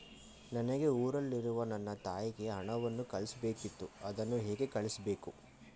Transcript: ನನಗೆ ಊರಲ್ಲಿರುವ ನನ್ನ ತಾಯಿಗೆ ಹಣವನ್ನು ಕಳಿಸ್ಬೇಕಿತ್ತು, ಅದನ್ನು ಹೇಗೆ ಕಳಿಸ್ಬೇಕು?